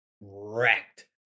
wrecked